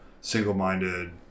single-minded